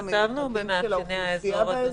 כתבנו ב"מאפייני האזור", אדוני.